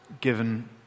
given